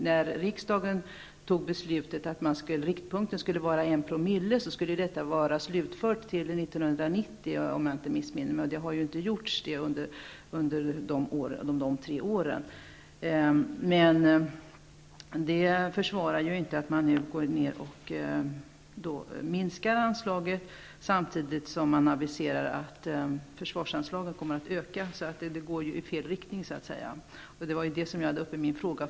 När riksdagen fattade belutet om att riktpunkten skulle vara en promille, skulle detta vara uppfyllt 1990, om jag inte missminner mig, men så skedde inte under de tre åren. Detta försvarar emellertid inte att man nu minskar anslaget, samtidigt som man aviserar att försvarsanslaget kommer att öka. Det hela går så att säga i fel riktning, vilket jag tog upp i min fråga.